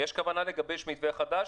יש כוונה לגבש מתווה חדש